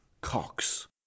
Cox